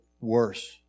worse